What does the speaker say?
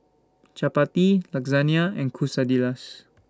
Chapati Lasagna and Quesadillas